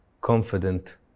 confident